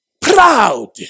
Proud